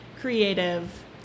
creative